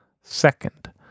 Second